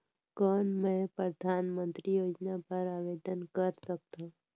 कौन मैं परधानमंतरी योजना बर आवेदन कर सकथव?